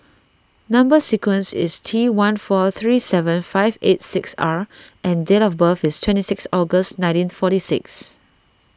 Number Sequence is T one four three seven five eight six R and date of birth is twenty six August nineteen forty six